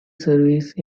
service